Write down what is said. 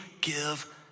give